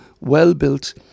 well-built